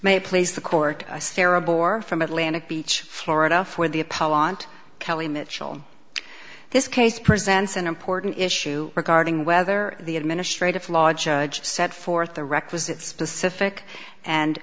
it please the court stare a bore from atlantic beach florida for the apollo aunt kellie mitchell this case presents an important issue regarding whether the administrative law judge set forth the requisite specific and